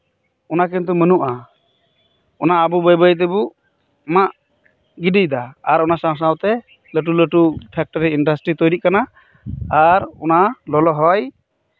ᱚᱱᱟ ᱠᱤᱱᱛᱩ ᱵᱟᱱᱩᱜᱼᱟ ᱚᱱᱟ ᱟᱵᱚ ᱵᱟᱹᱭ ᱵᱟᱹᱭ ᱛᱮᱵᱚ ᱢᱟᱜ ᱜᱤᱰᱤᱭ ᱮᱫᱟ ᱟᱨ ᱚᱱᱟ ᱥᱟᱶᱼᱥᱟᱶ ᱛᱮ ᱞᱟᱹᱴᱩ ᱯᱷᱮᱠᱴᱨᱤ ᱤᱱᱰᱟᱥᱴᱨᱤ ᱛᱳᱭᱨᱤᱜ ᱠᱟᱱᱟ ᱟᱨ ᱚᱱᱟ ᱞᱚᱞᱚ ᱦᱚᱭ